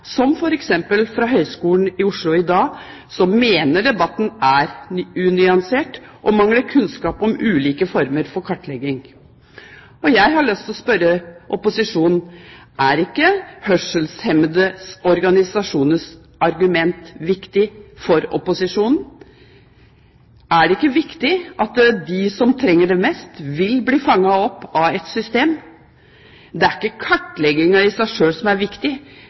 av innvendinger fra ulike fagfolk. Heldigvis er også dette bildet nyansert. For eksempel mener man ved Høgskolen i Oslo i dag at debatten er unyansert, og at man mangler kunnskap om ulike former for kartlegging. Jeg har lyst til å spørre opposisjonen: Er ikke hørselshemmedes organisasjoners argument viktig for opposisjonen? Er det ikke viktig at de som trenger det mest, vil bli fanget opp av et system? Det er ikke kartlegginga i seg sjøl som